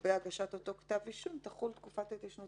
לגבי הגשת אותו כתב אישום תחול תקופת ההתיישנות